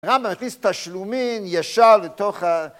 הרמב"ם הכניס תשלומין ישר לתוך ה...